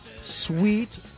sweet